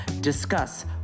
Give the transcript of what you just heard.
discuss